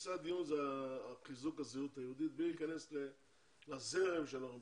נושא הדיון הוא חיזוק הזהות היהודית בלי להיכנס לזרם שאנחנו מתייחסים.